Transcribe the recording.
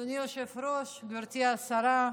אדוני היושב-ראש, גברתי השרה,